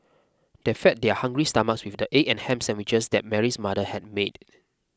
they fed their hungry stomachs with the egg and ham sandwiches that Mary's mother had made